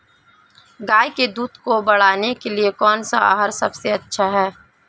गाय के दूध को बढ़ाने के लिए कौनसा आहार सबसे अच्छा है?